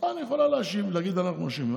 אותנו היא יכולה להאשים, להגיד שאנחנו אשמים.